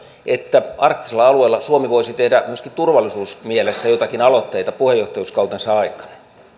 että arktisella alueella suomi voisi tehdä myöskin turvallisuusmielessä joitakin aloitteita puheenjohtajuuskautensa aikana